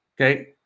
okay